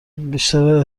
بیشتر